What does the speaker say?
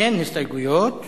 אין הסתייגויות,